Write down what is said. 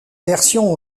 version